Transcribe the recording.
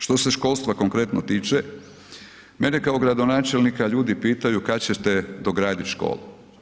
Što se školstva konkretno tiče, mene kao gradonačelnika ljudi pitaju kada ćete dograditi školu.